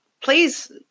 please